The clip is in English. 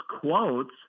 quotes